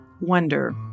wonder